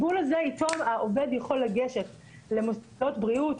עם הבול הזה העובד יכול לגשת למוסדות בריאות,